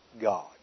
God